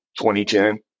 2010